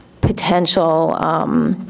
potential